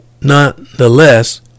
nonetheless